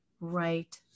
Right